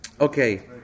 okay